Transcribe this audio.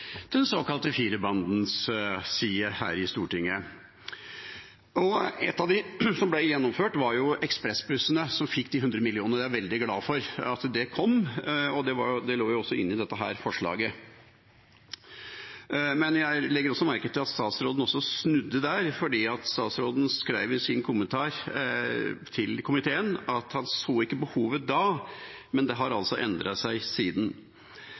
den såkalte høyrebandens side her i Stortinget. Et av tiltakene som ble gjennomført, var at ekspressbussene fikk 100 mill. kr. Jeg er veldig glad for at det kom, og det lå også inne i dette forslaget. Men jeg legger også merke til at statsråden snudde der, for statsråden skrev i sin kommentar til komiteen at han så ikke behovet da – men det har altså endret seg siden.